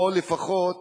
או לפחות